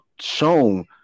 shown